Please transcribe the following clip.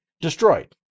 destroyed